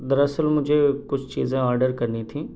در اصل مجھے کچھ چیزیں آرڈر کرنی تھیں